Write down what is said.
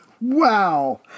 Wow